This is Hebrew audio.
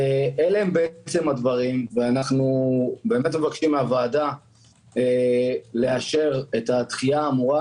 אלה הדברים ואנחנו מבקשים מן הוועדה לאשר את הדחייה האמורה,